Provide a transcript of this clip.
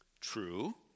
true